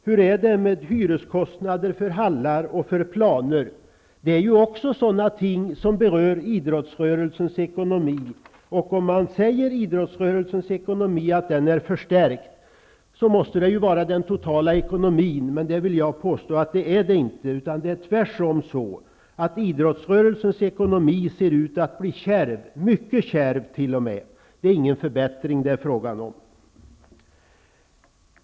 Hur är det med hyreskostnader för hallar och planer? Det är också sådana ting som berör idrottsrörelsens ekonomi. Om man säger att idrottsrörelsens ekonomi är förstärkt, måste det vara den totala ekonomin. Men jag vill påstå den inte är stärkt. Det är tvärsom så att idrottsrörelsens ekonomi ser ut att bli kärv, mycket kärv t.o.m. Det är inte fråga om någon förbättring.